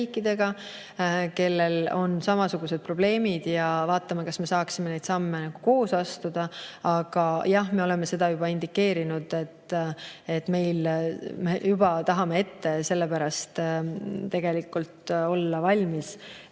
kellel on samasugused probleemid, ja vaatame, kas me saaksime neid samme koos astuda. Aga jah, me oleme seda juba indikeerinud, et me tahame olla juba ette valmis